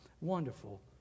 Wonderful